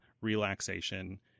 relaxation